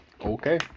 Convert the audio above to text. Okay